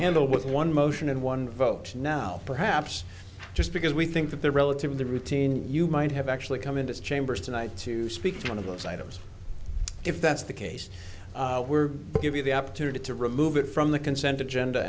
handle with one motion and one vote now perhaps just because we think that they're relatively routine you might have actually come into chambers tonight to speak to one of those items if that's the case were given the opportunity to remove it from the consent agenda